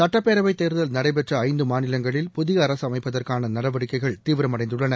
சுட்டப்பேரவைத்தேர்தல் நடைபெற்ற ஐந்து மாநிலங்களில் புதிய அரசு அமைப்பதற்கான நடவடிக்கைகள் தீவிரமடைந்துள்ளன